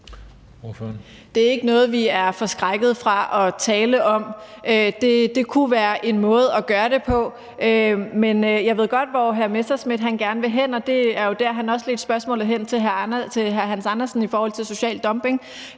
Det er ikke noget, vi er for forskrækkede til at tale om. Det kunne være en måde at gøre det på. Men jeg ved godt, hvor hr. Morten Messerschmidt gerne vil hen, og det er jo der, hvor han også ledte spørgsmålet til hr. Hans Andersen hen i forhold til social dumping.